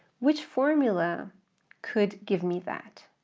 which formula could give me that?